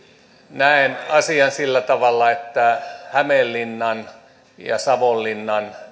näen asian sillä tavalla että hämeenlinnan ja savonlinnan